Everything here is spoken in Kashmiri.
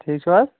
ٹھیٖک چھُو حظ